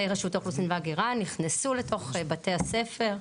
רשות האוכלוסין וההגירה נכנסו לתוך בתי הספר,